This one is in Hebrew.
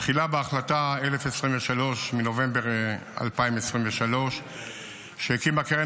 תחילה בהחלטה 1023 מנובמבר 2023 שהקימה קרן